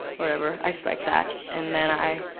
whatever. i expect that. and then i